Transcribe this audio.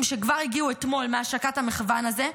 שכבר הגיעו אתמול מהשקת המחוון הזה,